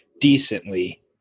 decently